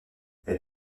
elle